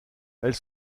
elles